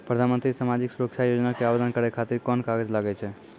प्रधानमंत्री समाजिक सुरक्षा योजना के आवेदन करै खातिर कोन कागज लागै छै?